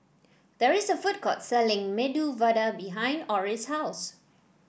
there is a food court selling Medu Vada behind Orris' house